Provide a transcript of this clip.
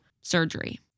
surgery